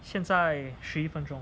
现在十一分钟